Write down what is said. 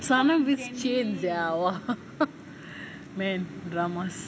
sanam has changed man dramas